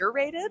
curated